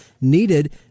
needed